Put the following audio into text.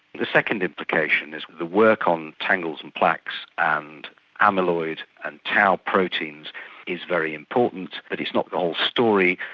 the second implication is the work on tangles and plaques and amyloid and tau proteins is very important, but it's not the whole story.